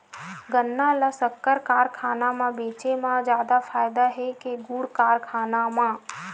गन्ना ल शक्कर कारखाना म बेचे म जादा फ़ायदा हे के गुण कारखाना म?